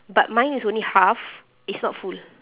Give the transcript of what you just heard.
but mine is only half is not full